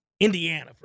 Indiana